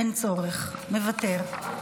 אין צורך, מוותר.